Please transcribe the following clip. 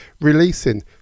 releasing